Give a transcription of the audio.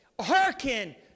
hearken